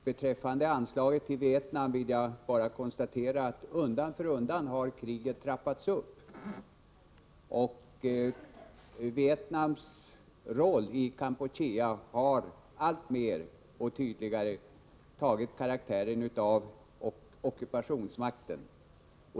Beträffande anslaget till Vietnam vill jag bara konstatera: Undan för undan har kriget trappats upp, och Vietnams roll i Kampuchea har alltmer och allt tydligare antagit karaktären av ockupationsmaktens.